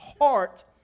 heart